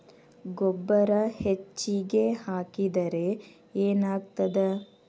ಗೊಬ್ಬರ ಹೆಚ್ಚಿಗೆ ಹಾಕಿದರೆ ಏನಾಗ್ತದ?